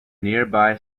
nearby